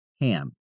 Ham